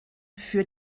für